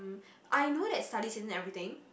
I know that studies isn't everything